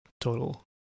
total